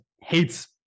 hates